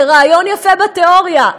זה רעיון יפה בתיאוריה,